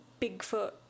Bigfoot